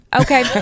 Okay